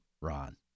Ron